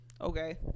Okay